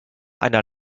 einer